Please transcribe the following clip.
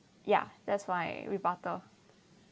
ya that's my rebuttal